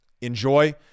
Enjoy